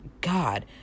God